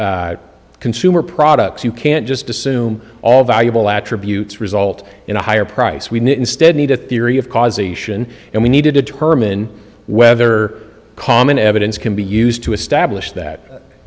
e consumer products you can't just assume all valuable attributes result in a higher price we need instead need a theory of causation and we need to determine whether common evidence can be used to establish that